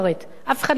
אף אחד לא חזר בו.